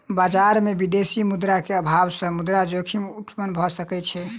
बजार में विदेशी मुद्रा के अभाव सॅ मुद्रा जोखिम उत्पत्ति भ सकै छै